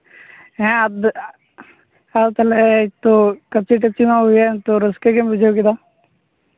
ᱦᱮᱸ ᱟᱫᱚ ᱟᱫᱚ ᱛᱟᱦᱞᱮ ᱱᱤᱛᱚᱜ ᱠᱟᱹᱢᱪᱤ ᱴᱟ ᱢᱪᱤ ᱢᱟ ᱦᱩᱭᱮᱱ ᱛᱳ ᱨᱟᱹᱥᱠᱟᱹ ᱜᱮᱢ ᱵᱩᱡᱷᱟᱹᱣ ᱠᱮᱫᱟ